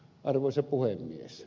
arvoisa puhemies